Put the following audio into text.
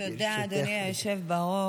תודה, אדוני היושב בראש.